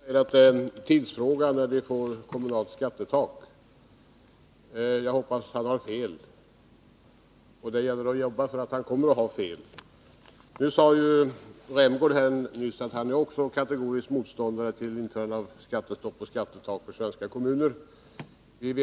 Herr talman! Lennart Blom säger att det är en tidsfråga när vi får kommunalt skattetak. Jag hoppas att han har fel, och det gäller att jobba för att han kommer att ha fel. Rolf Rämgård sade nyss att han är kategorisk motståndare till införande av skattestopp och skattetak för svenska kommuner. Vi